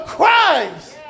Christ